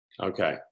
okay